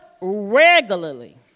regularly